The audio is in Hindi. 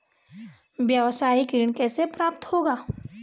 व्यावसायिक ऋण कैसे प्राप्त होगा?